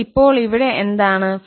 എന്നാൽ ഇപ്പോൾ ഇവിടെ എന്താണ്